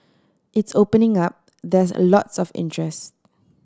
it's opening up there's a lots of interest